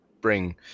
bring